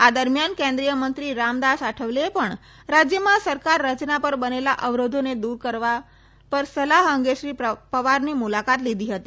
આ દરમ્યાન કેન્દ્રીય મંત્રી રામદાસ આઠવલેએ પણ રાજયમાં સરકાર રચના પર બનેલા અવરોધોને દુર કરવા પર સલાહ અંગે શ્રી પવારની મુલાકાત લીધી હતી